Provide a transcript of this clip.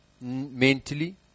mentally